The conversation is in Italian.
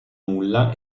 nulla